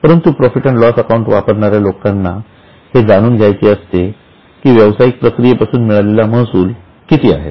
परंतु profit and loss account वापरणाऱ्या लोकांना हे जाणून घ्यायचे असते की व्यवसायिक प्रक्रियेपासून मिळालेला महसूल किती आहे